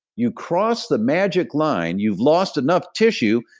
you cross the magic line, you've lost enough tissue.